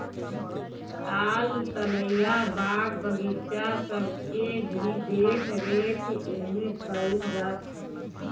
ताल तलैया, बाग बगीचा सबके भी देख रेख एमे कईल जात हवे